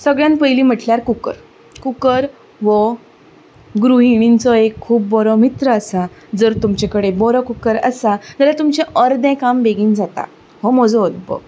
सगळ्यांन पयलीं म्हटल्यार cooker cooker हो गृहिणींचो एक खूब बरो मित्र आसता जर तुमचे कडेन कुकर आसा जाल्यार तुमचे अर्दें काम बेगीन जाता हो म्हजो अनुभव